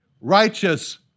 Righteous